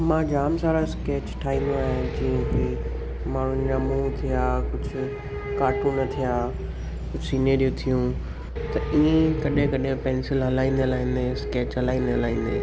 मां जाम सारा स्कैच ठाहींदो आहियां जीअं की माण्हुनि जा मुंहं थिया कुझु कार्टून थिया कुझु सीनरियूं थियूं त ईअं ई कॾहिं कॾहिं पैंसिल हलाईंदे हलाईंदे स्कैच हलाईंदे हलाईंदे